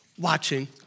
watching